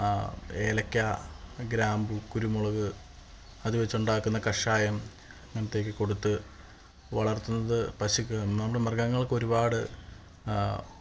ഏലക്ക ഗ്രാമ്പു കുരുമുളക് അത് വെച്ച് ഉണ്ടാക്കുന്ന കഷായം അങ്ങനത്തെ ഒക്കെ കൊടുത്ത് വളർത്തുന്നത് പശുക്ക് നമ്മുടെ മൃഗങ്ങൾക്ക് ഒരുപാട്